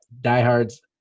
diehards